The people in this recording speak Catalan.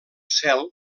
cel